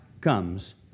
comes